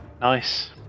Nice